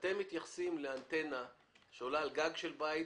אתם מתייחסים לאנטנה שעולה על גג של בית